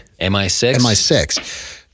MI6